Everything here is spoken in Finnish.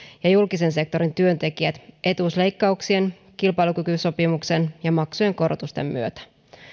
ja julkisen sektorin työntekijät etuusleikkauksien kilpailukykysopimuksen ja maksujen korotusten myötä